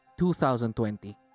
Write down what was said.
2020